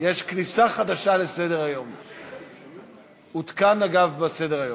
יש כניסה חדשה לסדר-היום, עודכן, אגב, בסדר-היום.